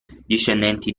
discendenti